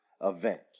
event